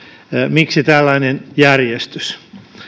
miksi tällainen järjestys